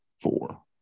four